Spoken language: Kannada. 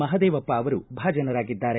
ಮಹಾದೇವಪ್ಪ ಅವರು ಭಾಜನರಾಗಿದ್ದಾರೆ